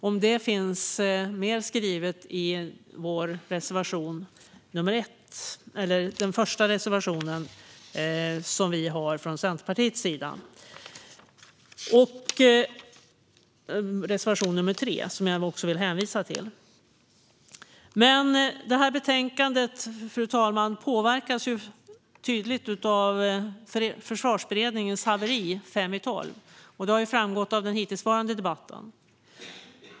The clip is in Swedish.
Om det finns mer skrivet i den första reservationen vi har från Centerpartiets sida, reservation nr 3, som jag också vill hänvisa till. Fru talman! Betänkandet påverkas tydligt av Försvarsberedningens haveri fem i tolv. Det har framgått av den hittillsvarande debatten.